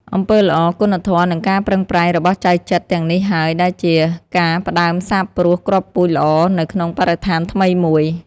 អំពើល្អ គុណធម៌ និងការប្រឹងប្រែងរបស់ចៅចិត្រទាំងនេះហើយដែលជាការផ្ដើមសាបព្រោះគ្រាប់ពូជល្អនៅក្នុងបរិស្ថានថ្មីមួយ។